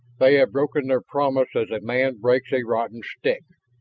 they have broken their promise as a man breaks a rotten stick,